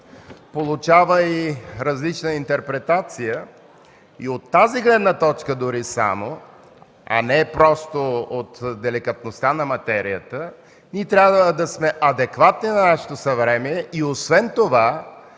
получава и различна интерпретация и от тази гледна точка дори само, а не просто от деликатността на материята, ние трябва да сме адекватни на нашето съвремие и освен това